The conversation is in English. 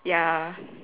ya